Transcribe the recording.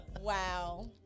Wow